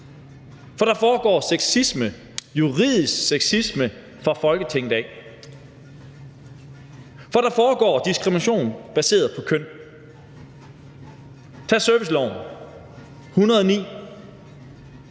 For der foregår sexisme – juridisk sexisme – fra Folketinget. For der foregår diskrimination baseret på køn. Tag servicelovens § 109.